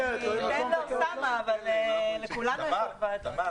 אתן לאוסאמה אבל לכולנו יש עוד ועדות.